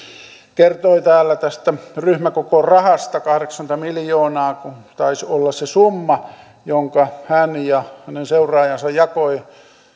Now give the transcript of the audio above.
kertoi täällä tästä ryhmäkokorahasta kahdeksankymmentä miljoonaa taisi olla se summa jonka hän ja hänen seuraajansa jakoivat